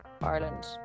ireland